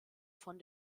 von